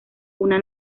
una